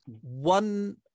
one